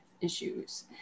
issues